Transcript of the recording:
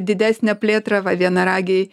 didesnę plėtrą va vienaragiai